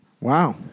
Wow